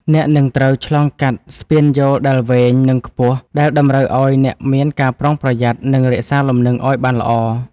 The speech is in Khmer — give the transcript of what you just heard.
អ្នកនឹងត្រូវឆ្លងកាត់ស្ពានយោលដែលវែង និងខ្ពស់ ដែលតម្រូវឱ្យអ្នកមានការប្រុងប្រយ័ត្ន និងរក្សាលំនឹងឱ្យបានល្អ។